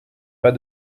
pas